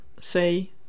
say